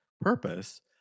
purpose